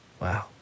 wow